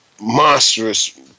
monstrous